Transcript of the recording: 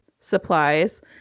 supplies